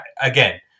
again